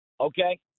okay